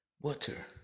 Water